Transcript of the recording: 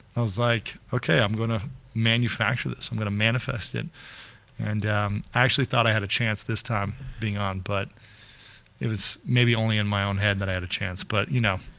i was like, okay, i'm going to manufacture this, i'm gonna manifested it and actually thought i had a chance this time being on, but it was maybe only in my own head that i had a chance, but you know,